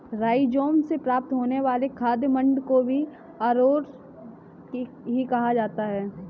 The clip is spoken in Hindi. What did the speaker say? राइज़ोम से प्राप्त होने वाले खाद्य मंड को भी अरारोट ही कहा जाता है